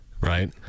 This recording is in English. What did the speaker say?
right